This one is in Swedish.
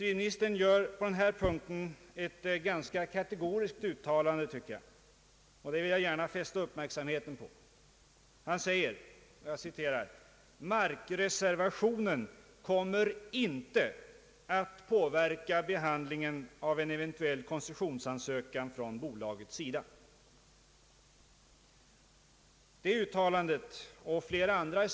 Civilministern gör enligt min uppfattning ett ganska kategoriskt uttalande i den här frågan vilket jag gärna vill fästa kammarens uppmärksamhet på. Han säger så här: »Markreservationen kommer inte att påverka behandlingen av en eventuell koncessionsansökan från bolagets sida.» Detta och flera andra uttalanden i civilministerns interpellationssvar tyder på att regeringen håller alla dörrar öppna och skjuter frågans avgörande minst fem år framåt i tiden.